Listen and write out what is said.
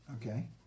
Okay